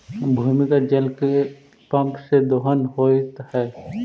भूमिगत जल के पम्प से दोहन होइत हई